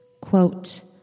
Quote